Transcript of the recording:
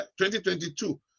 2022